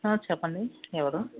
చెప్పండి ఎవరు